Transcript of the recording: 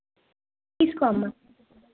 తీసుకో అమ్మ